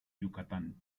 yucatán